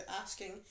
asking